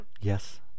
yes